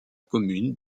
commune